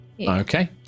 okay